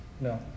No